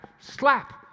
slap